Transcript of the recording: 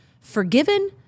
forgiven